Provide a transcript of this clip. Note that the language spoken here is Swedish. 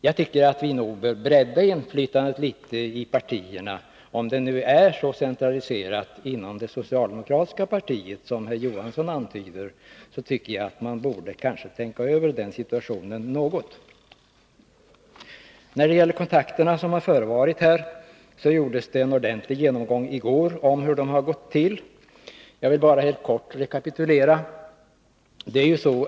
Jag tycker att vi nog bör bredda inflytandet ipartierna. Om det nu är så centraliserat i det socialdemokratiska partiet som Hilding Johansson antyder, bör man kanske tänka över situationen något. Vad beträffar de kontakter som har förevarit gjordes det en ordentlig genomgång i går. Jag vill bara helt kort rekapitulera vad som då sades.